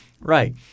right